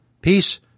Peace